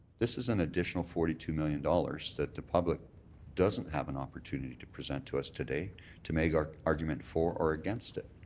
this is an additional forty two million dollars that the public doesn't have an opportunity to present to us today to make argument for our against it.